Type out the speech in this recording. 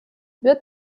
wird